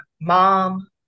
mom